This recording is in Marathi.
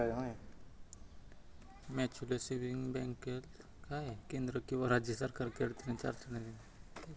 म्युचलसेविंग बॅकले केंद्र किंवा राज्य सरकार कडतीन चार्टट करता येस